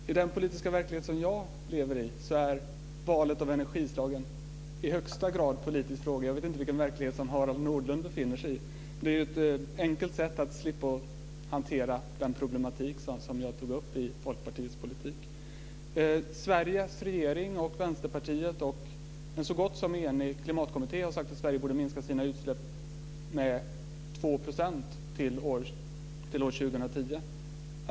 Fru talman! I den politiska verklighet som jag lever i är valet av energislag i högsta grad en politisk fråga. Sedan vet jag inte vilken verklighet som Harald Nordlund befinner sig i. Här ser vi ett enkelt sätt att slippa att hantera den problematik som jag tog upp när det gäller Folkpartiets politik. Sveriges regering, Vänsterpartiet och en så gott som enig klimatkommitté har sagt att Sverige borde minska sina utsläpp med 2 % till år 2010.